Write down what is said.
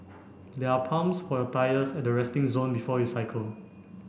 there are pumps for your tyres at the resting zone before you cycle